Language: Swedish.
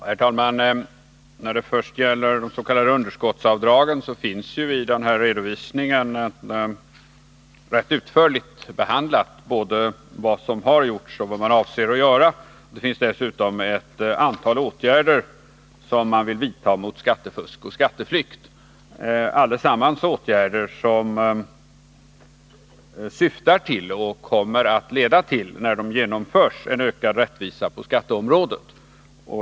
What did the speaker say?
Herr talman! I fråga om de s.k. underskottsavdragen behandlas i redovisningen rätt utförligt både vad som har gjorts och vad man avser att göra. Där finns dessutom ett antal åtgärder som man vill vidta mot skattefusk och skatteflykt. Alltsammans är åtgärder som syftar till, och när de genomförs kommer att leda till, en ökad rättvisa på skatteområdet.